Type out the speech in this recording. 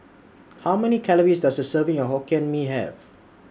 How Many Calories Does A Serving of Hokkien Mee Have